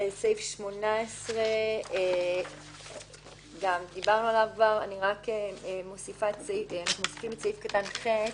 בסעיף 18 אנחנו מוסיפים את סעיף קטן (ח).